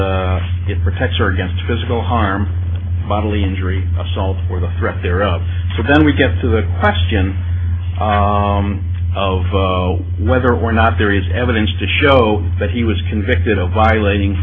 as it protects or against physical harm bodily injury assault or the threat thereof so then we get to the question of whether or not there is evidence to show that he was convicted of violating